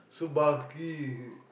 too bulky